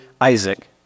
Isaac